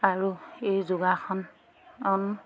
আৰু এই যোগাসন